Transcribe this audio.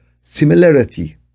similarity